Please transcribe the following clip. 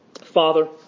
Father